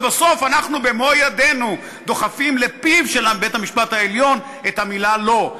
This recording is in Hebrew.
ובסוף אנחנו במו-ידינו דוחפים לפיו של בית-המשפט העליון את המילה "לא".